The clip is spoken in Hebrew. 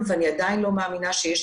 השרה לשעבר שקד,